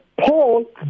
Paul